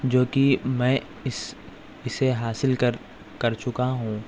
جو کہ میں اس اسے حاصل کر کر چکا ہوں